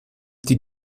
die